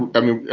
i mean, yeah